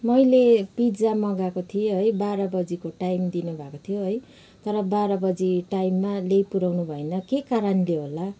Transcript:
मैले पिज्जा मगाएको थिएँ है बाह्र बजीको टाइम दिनुभएको थियो है तर बाह्र बजी टाइममा ल्याइपुर्याउनु भएन के कारणले होला